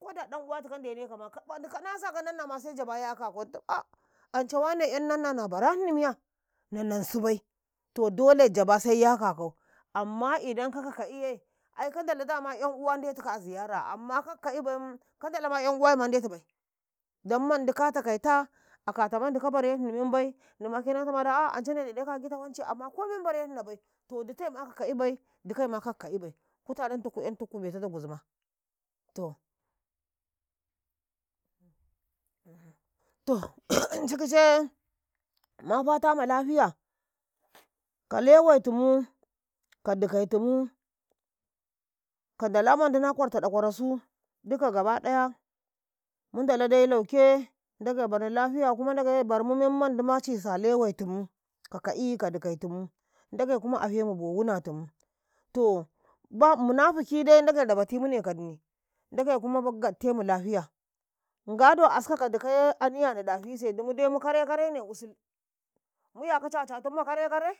﻿ko da danuwatikau ndenekauma kanasa kau nanna ma sai jaba yaka kau ancai nanna 'yan na barani miya na nansi bai toh dole jaba yaka kau kaka ka'iye ndetikau a kaka kaibai kan ndalau ndetubai akataumemmandi ka ka bareni membai inma ka na tama nan ndene ka agita ko memma barena bai ditaima kaka iba dikaima kakaibai kutarantuku ku'yantuku metata guzuma ance ki cai ma fata lafiya ka lewai tumu ka dikaitumu ka ndala mandi na kwartau ɗa kwarsu munda lau yauke ndage barmu memmandi mala bara waɗa a ɗewaitumu kaka'i ka dikaitu mu, ndage afemu bo wanatu mu ndage rayes e manzai ka dumu, ndage gattemu nga do askau ka dikaye ɗafise dumu dai mu kare-karene usul mu'yakau caca tumu ma kare-kare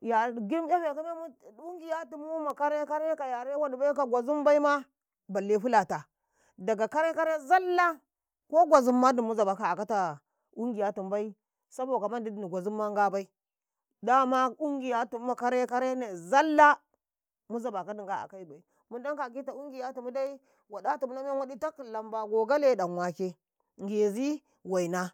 ya giɗ mu ɗafakau memu gamata katumu ma karai-karai ka bom wadibai ka qwazimbaima flata ka kata kare-kare nbatau ko qwazimma dumu mu zabanka akata bo mu bai ini qwazimma ngabai dumune ma kare-kare nbatau mu zaba kadi ngabai, mundanka a gita ndala bomu waɗatumu na men waɗi nbatau damwake Ngezi, wainah.